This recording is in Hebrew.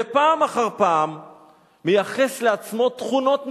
ופעם אחר פעם מייחס לעצמו תכונות נבואיות.